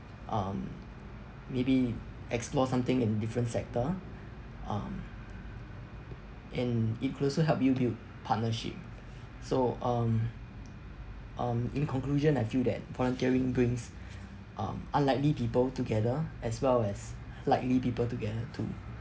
um maybe explore something in different sector um and it could also help you build partnership so um um in conclusion I feel that volunteering brings um unlikely people together as well as likely people together too